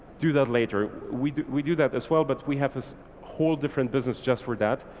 do that later. we we do that as well but we have this whole different business just for that,